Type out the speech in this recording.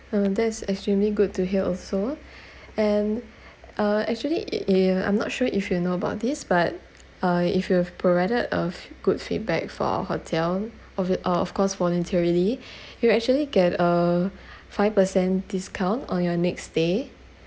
um that is extremely good to hear also and uh actually it it uh I'm not sure if you know about this but uh if you've provided a good feedback for our hotel of it oh of course voluntarily you'll actually get a five per cent discount on your next stay